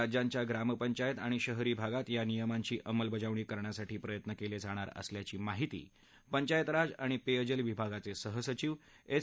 राज्याच्या ग्रामपंचायत आणि शहरी भागात या नियमांची अंमलबजावणी करण्यासाठी प्रयत्न केले जाणार असल्याची माहिती पंचायतराज आणि पेयजल विभागाचे सहसचिव एस